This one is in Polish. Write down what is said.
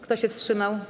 Kto się wstrzymał?